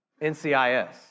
NCIS